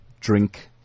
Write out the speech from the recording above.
drink